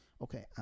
okay